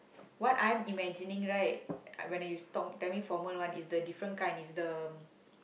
what I'm imagining right when I you told tell me formal one it's the different kind it's the